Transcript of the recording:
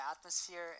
atmosphere